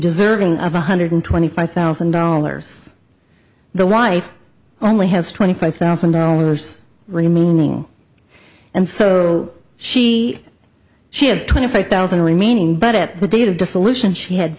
deserving of one hundred twenty five thousand dollars the wife only has twenty five thousand dollars remaining and so she she has twenty five thousand remaining but at the date of dissolution she had